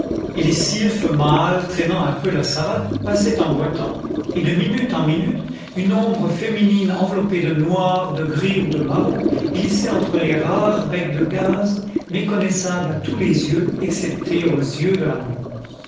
et les sylphes mâles traînant un peu la savate passaient en boitant et de minute en minute une ombre féminine enveloppée de noir de gris ou de marron glissait entre les rates becs de gaz méconnaissable à tous les yeux excepté aux yeux de l'amour